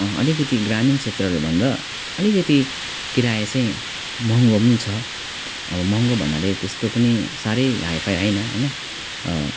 अलिकति ग्रामीण क्षेत्रहरूभन्दा अलिकति किराया चाहिँ महँगो पनि छ अब महँगो भन्नाले त्यस्तो पनि साह्रै हाइफाई होइन होइन